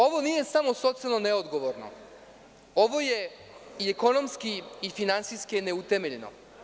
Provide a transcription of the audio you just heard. Ovo nije samo socijalno neodgovorno, ovo je i ekonomski i finansijski neutemeljeno.